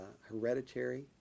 hereditary